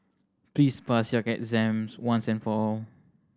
please pass your exam once and for all